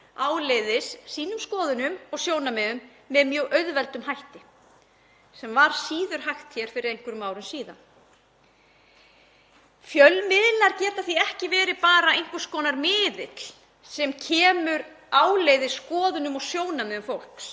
áleiðis sínum skoðunum og sjónarmiðum með mjög auðveldum hætti sem var síður hægt fyrir einhverjum árum síðan. Fjölmiðlar geta því ekki verið bara einhvers konar miðill sem kemur áleiðis skoðunum og sjónarmiðum fólks.